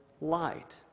light